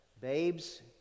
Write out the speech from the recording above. babes